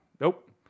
Nope